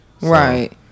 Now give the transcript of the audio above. Right